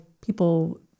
people